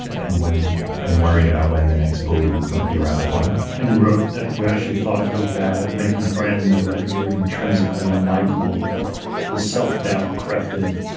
and and worried about when the next bully might be around the corner. and you wrote that you actually thought you were bad at making friends or that you were intrinsically unlikable, that this self-doubt crept in.